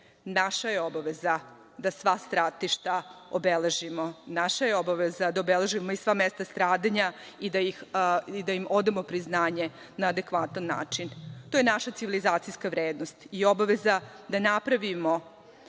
je obaveza da stratišta obeležimo. Naša je obaveza da obeležimo i sva mesta stradanja i da im odamo priznanje na adekvatan način. To je naša civilizacijska vrednost i obaveza da napravimo